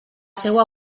seua